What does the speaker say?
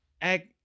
act